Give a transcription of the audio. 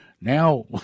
Now